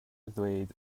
ddweud